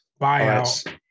buyout